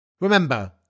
Remember